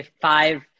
five